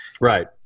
Right